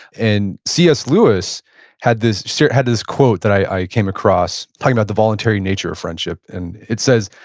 and c s. lewis had this so had this quote that i came across talking about the voluntary nature of friendship. and it says,